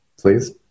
please